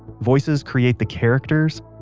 voices create the characters,